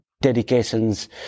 dedications